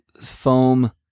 foam